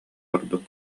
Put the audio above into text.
ордук